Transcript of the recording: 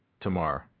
tomorrow